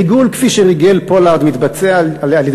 ריגול כפי שריגל פולארד מתבצע על-ידי